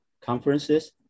conferences